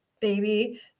baby